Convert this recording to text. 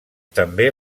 també